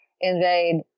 invade